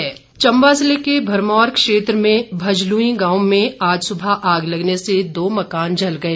आग चम्बा ज़िले के भरमौर क्षेत्र में भजलूंइ गांव में आज सुबह आग लगने से दो मकान जल गए